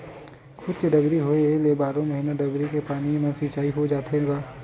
खुद के डबरी होए ले बारो महिना डबरी के पानी म सिचई हो जाथे गा